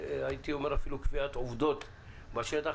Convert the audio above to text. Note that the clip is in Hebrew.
הייתי אומר אפילו קביעת עובדות בשטח.